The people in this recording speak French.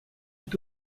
est